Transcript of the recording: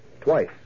twice